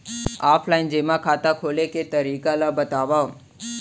Offline जेमा खाता खोले के तरीका ल बतावव?